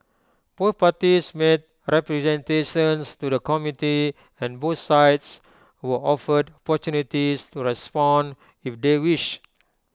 both parties made representations to the committee and both sides were offered opportunities to respond if they wished